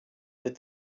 êtes